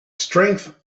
strength